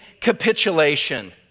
capitulation